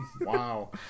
Wow